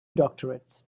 doctorates